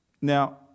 Now